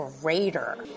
greater